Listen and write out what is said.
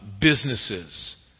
businesses